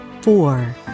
four